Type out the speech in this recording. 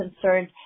concerned